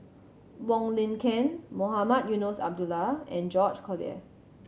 Wong Lin Ken Mohamed Eunos Abdullah and George Collyer